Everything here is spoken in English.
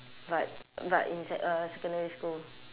but but in sec uh secondary school